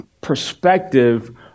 perspective